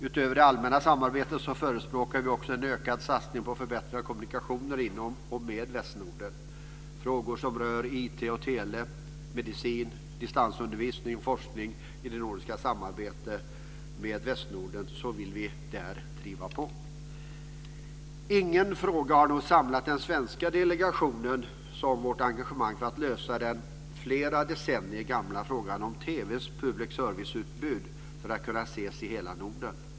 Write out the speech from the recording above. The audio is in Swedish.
Utöver det allmänna samarbetet förespråkar vi en ökad satsning på förbättrade kommunikationer inom och med Västnorden. Frågor som rör IT och tele, medicin, distansundervisning och forskning i det nordiska samarbetet med Västnorden vill vi driva på. Ingen fråga har nog samlat den svenska nordiska delegationen som vårt engagemang för att lösa den flera decennier gamla frågan om TV:s public serviceutbud, att kunna se programmen i hela Norden.